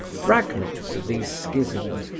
fragments of these schisms,